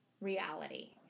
reality